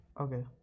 Okay